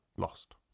lost